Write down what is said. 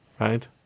right